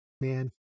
Man